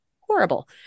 horrible